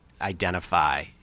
identify